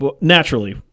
Naturally